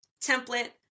template